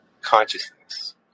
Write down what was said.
consciousness